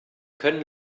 können